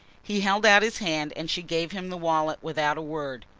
he held out his hand and she gave him the wallet without a word.